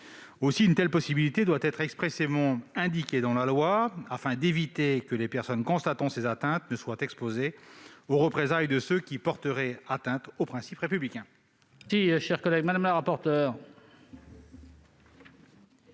Aussi, une telle possibilité doit être expressément indiquée dans la loi afin d'éviter que les personnes constatant ces atteintes ne soient exposées aux représailles de ceux qui porteraient atteinte aux principes républicains.